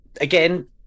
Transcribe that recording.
again